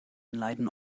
leiden